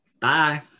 Bye